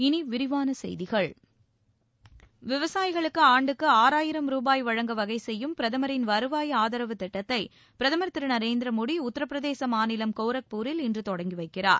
இனி விரிவான செய்திகள் விவசாயிகளுக்கு ஆன்டுக்கு ஆறாயிரம் ரூபாய் வழங்க வகை செய்யும் பிரதமரின் வருவாய் ஆதாவு திட்டத்தை பிரதமர் திரு நரேந்திர மோடி உத்தரப்பிரதேச மாநிலம் கோரக்பூரில் இன்று தொடங்கி வைக்கிறார்